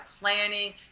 planning